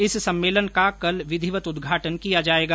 इस सम्मेलन का कल विधिवत उद्धाटन किया जाएगा